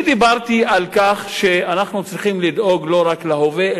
אני דיברתי על כך שאנחנו צריכים לדאוג לא רק להווה,